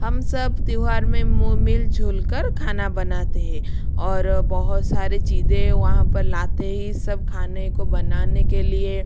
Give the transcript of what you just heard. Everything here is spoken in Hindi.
हम सब त्यौहार में मील जुल कर खाना बनाते हैं और बहुत सारे चीजें वहाँ पर लाते हैं सब खाने को बनाने के लिए